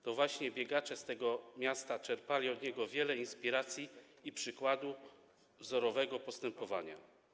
To właśnie biegacze z tego miasta czerpali od niego wiele inspiracji i brali z niego przykład wzorowego postępowania.